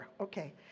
Okay